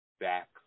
back